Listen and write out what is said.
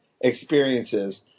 experiences